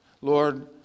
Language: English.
Lord